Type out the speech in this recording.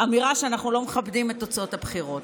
אמירה שאנחנו לא מכבדים את תוצאות הבחירות,